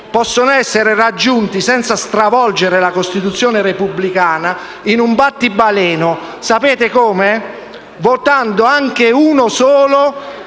possono essere raggiunti senza stravolgere la Costituzione repubblicana, in un battibaleno. Sapete come? Votando anche uno solo